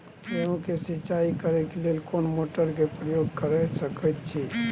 गेहूं के सिंचाई करे लेल कोन मोटर के प्रयोग कैर सकेत छी?